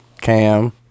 Cam